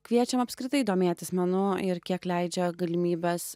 kviečiam apskritai domėtis menu ir kiek leidžia galimybės